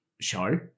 show